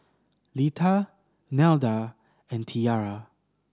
Lita Nelda and Tiarra